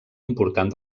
important